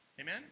Amen